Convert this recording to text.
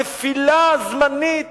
הנפילה הזמנית